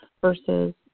versus